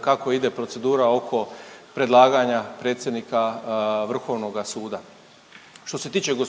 kako ide procedura oko predlaganja predsjednika Vrhovnoga suda. Što se tiče g.